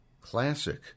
classic